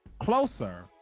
closer